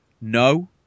No